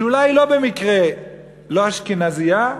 שאולי במקרה היא לא אשכנזייה,